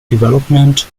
development